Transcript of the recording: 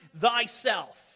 thyself